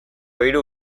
hiru